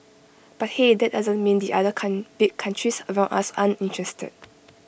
but hey that doesn't mean the other con big countries around us aren't interested